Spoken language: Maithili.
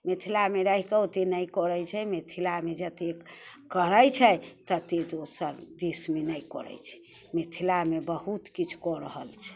मिथिलामे रहिकऽ ओते नहि करै छै मिथिलामे जतेक करै छै तते दोसर दिसमे नहि करै छै मिथिलामे बहुत किछुकऽ रहल छै